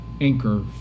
anchor